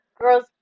girls